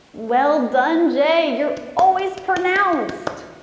well done jay you're always pronounced!